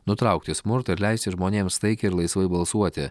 nutraukti smurtą ir leisti žmonėms taikiai ir laisvai balsuoti